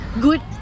good